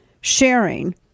sharing